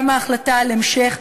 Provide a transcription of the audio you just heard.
גם ההחלטה על המשך,